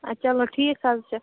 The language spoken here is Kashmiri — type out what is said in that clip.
ٲں چلو ٹھیٖک حظ چھُ